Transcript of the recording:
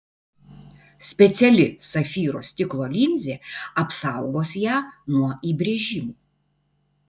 speciali safyro stiklo linzė apsaugos ją nuo įbrėžimų